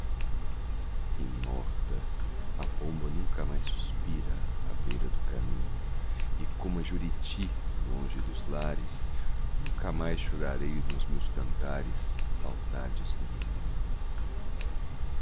e morta a pomba nunca mais suspira à beira do caminho e como a juriti longe dos lares nunca mais chorarei nos meus cantares saudades do meu ninho